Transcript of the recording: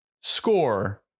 score